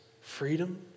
freedom